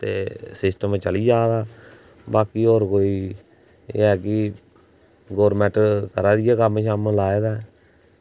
ते सिस्टम चली जा दा बाकी होर कोई एह् ऐ कि गौरमेंट करा दी ऐ कम्म लाए दे